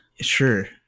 Sure